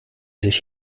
sich